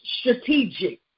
strategic